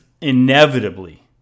inevitably